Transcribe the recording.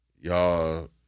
Y'all